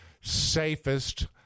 safest